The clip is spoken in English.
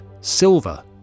silver